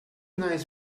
nice